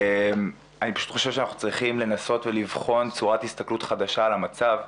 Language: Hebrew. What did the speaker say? אני פשוט חושב שאנחנו צריכים לנסות ולבחון צורת הסתכלות חדשה על המצב.